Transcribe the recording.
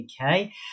okay